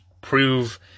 prove